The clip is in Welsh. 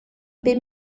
bum